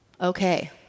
okay